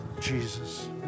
Jesus